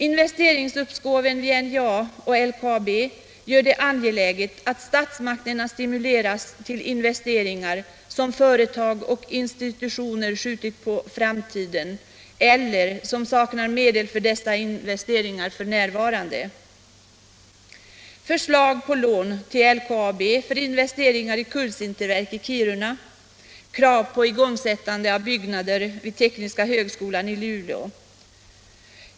Investeringsuppskoven vid NJA och LKAB gör det angeläget att statsmakterna stimuleras till investeringar, som företag och institutioner skjutit på framtiden eller f. n. saknar medel till. I det sammanhanget vill jag nämna förslag om lån till LKAB för investeringar i kulsinterverk i Kiruna och krav på igångsättningar av nybyggnader vid tekniska högskolan i Luleå.